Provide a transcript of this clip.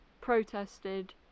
protested